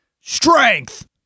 Strength